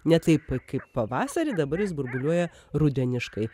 ne taip kaip pavasarį dabar jis burbuliuoja rudeniškai